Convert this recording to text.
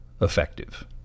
effective